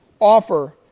offer